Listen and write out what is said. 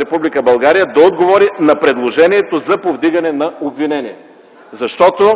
Република България да отговори на предложението за повдигане на обвинение. Защото